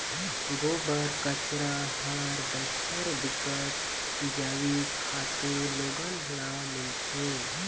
गोबर, कचरा हर बछर बिकट जइविक खातू लोगन ल मिलथे